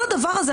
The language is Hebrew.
כל הדבר הזה,